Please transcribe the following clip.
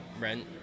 rent